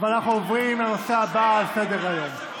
ואנחנו עוברים לנושא הבא על סדר-היום.